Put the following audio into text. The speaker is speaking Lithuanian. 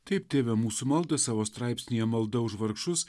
taip tėve mūsų maldą savo straipsnyje malda už vargšus